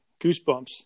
goosebumps